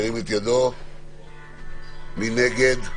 מי נגד?